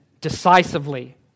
decisively